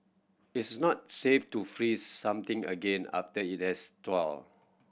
it is not safe to freeze something again after it has thawed